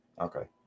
okay